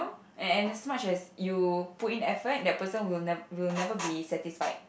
and as much as you put in effort that person will nev~ will never be satisfied